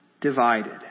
divided